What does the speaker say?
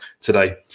today